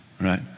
Right